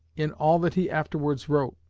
in all that he afterwards wrote,